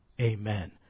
Amen